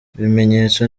ibimenyetso